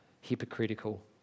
hypocritical